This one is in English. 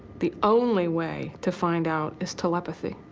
the only way to find out is telepathy.